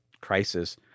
crisis